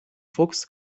fuchs